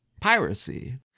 piracy